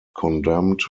condemned